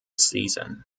season